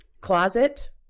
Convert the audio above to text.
closet